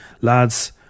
lads